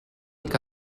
que